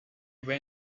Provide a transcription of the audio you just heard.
went